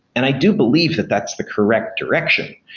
and i do believe that that's the correct direction.